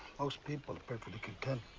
most people are perfectly content,